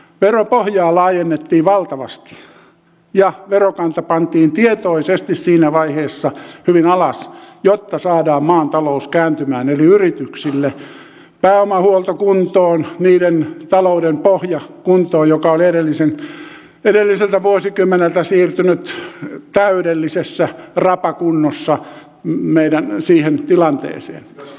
veropohjaa laajennettiin valtavasti ja verokanta pantiin tietoisesti siinä vaiheessa hyvin alas jotta saadaan maan talous kääntymään eli yrityksille pääomahuolto kuntoon niiden talouden pohja kuntoon joka oli edelliseltä vuosikymmeneltä siirtynyt täydellisessä rapakunnossa siihen tilanteeseen